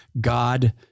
God